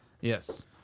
Yes